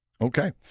Okay